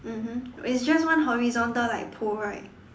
mmhmm it's just one horizontal like pole right